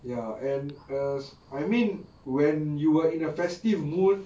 ya and uh I mean when you're in a festive mood